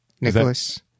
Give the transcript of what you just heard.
Nicholas